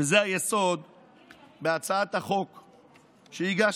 וזה היסוד בהצעת החוק שהגשתי.